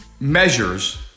measures